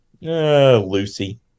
Lucy